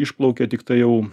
išplaukia tiktai jau